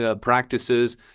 practices